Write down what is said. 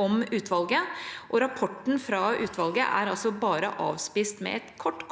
om utvalget. Rapporten fra utvalget er altså bare avspist med et kort, kort